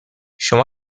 شما